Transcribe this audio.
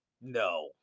no